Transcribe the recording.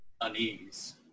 unease